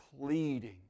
pleading